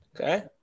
Okay